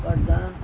ਪਰਦਾ